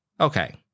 okay